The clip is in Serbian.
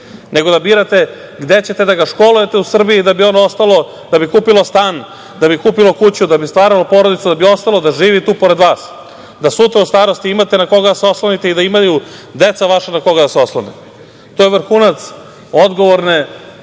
nego da birate gde ćete da ga školujete u Srbiji da bi ono ostalo, da bi kupilo stan, da bi kupilo kuću, da bi stvaralo porodicu, da bi ostalo da živi tu pored vas, da sutra u starosti imate na koga da se oslonite i da imaju deca vaša na koga da se oslone. To je vrhunac odgovorne